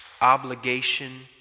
obligation